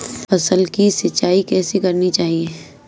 फसल की सिंचाई कैसे करनी चाहिए?